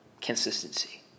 Consistency